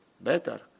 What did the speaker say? better